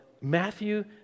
Matthew